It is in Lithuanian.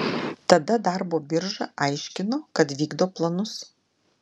tada darbo birža aiškino kad vykdo planus